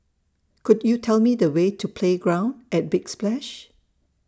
Could YOU Tell Me The Way to Playground At Big Splash